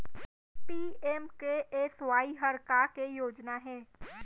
PMKSY हर का के योजना हे?